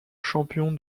champion